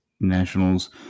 Nationals